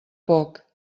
poc